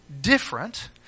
different